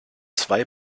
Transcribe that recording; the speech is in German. zwei